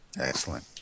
Excellent